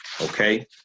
okay